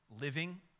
living